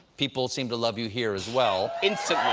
people seem to love you here as well. instantly.